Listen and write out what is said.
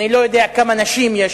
אני לא יודע כמה נשים יש